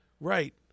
Right